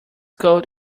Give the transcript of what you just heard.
coat